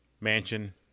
mansion